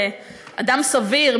אדם סביר,